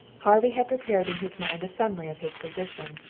harvey had prepared in his mind a summary of his position,